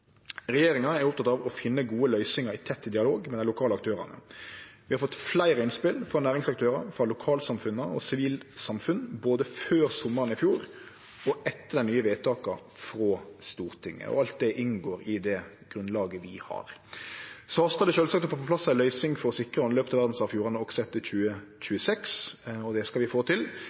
Regjeringa er oppteken av å finne gode løysingar i tett dialog med dei lokale aktørane. Vi har fått fleire innspel frå næringsaktørar, lokalsamfunna og sivilt samfunn både før sommaren i fjor og etter dei nye vedtaka frå Stortinget. Alt det inngår i det grunnlaget vi har. Det hastar sjølvsagt å få på plass ei løysing for å sikre anløp til verdsarvfjordane også etter 2026. Det skal vi få til.